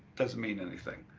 doesn't mean anything.